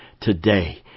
today